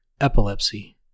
epilepsy